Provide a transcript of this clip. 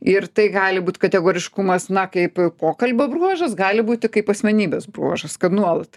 ir tai gali būt kategoriškumas na kaip pokalbio bruožas gali būti kaip asmenybės bruožas kad nuolat